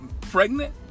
pregnant